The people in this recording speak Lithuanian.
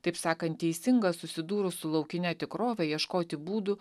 taip sakant teisinga susidūrus su laukine tikrove ieškoti būdų